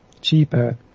Cheaper